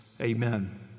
amen